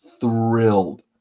thrilled